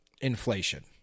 inflation